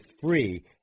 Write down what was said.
free